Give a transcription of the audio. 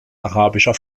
arabischer